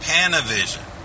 Panavision